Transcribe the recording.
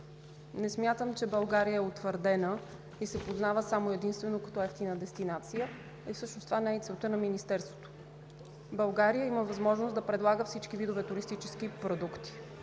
Не смятам, че България е утвърдена и се познава само и единствено като евтина дестинация. Всъщност това не е и целта на Министерството. България има възможност да предлага всички видове туристически продукти.